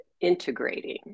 integrating